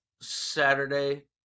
Saturday